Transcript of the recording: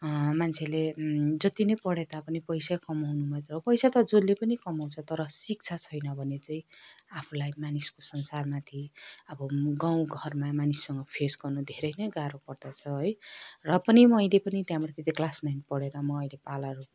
मान्छेले जति नै पढे तापनि पैसै कमाउनु मात्रै हो पैसा त जसले पनि कमाउँछ तर शिक्षा छैन भने चाहिँ आफूलाई मानिसको संसारमाथि अब गाउँ घरमा मानिससँग फेस गर्न धेरै नै गाह्रो पर्छ है र पनि म अहिले पनि त्यहाँबाट त्यो क्लास नाइन पढेर म अहिले पार्लारहरू